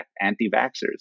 anti-vaxxers